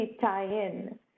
tie-in